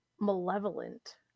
malevolent